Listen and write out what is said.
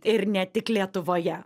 ir ne tik lietuvoje